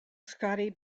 scotti